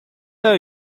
are